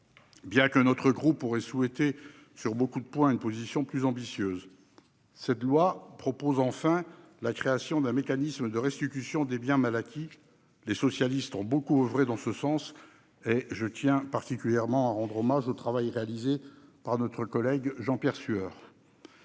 bien que notre groupe eût souhaité, sur beaucoup de points, une position plus ambitieuse. Cette loi propose notamment la création d'un mécanisme de restitution des biens mal acquis. Les socialistes ont beaucoup oeuvré dans ce sens et je tiens tout particulièrement à rendre hommage au travail réalisé sur cette question par notre collègue Jean-Pierre Sueur.